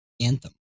Anthem